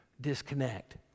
disconnect